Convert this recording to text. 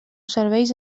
serveis